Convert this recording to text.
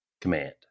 command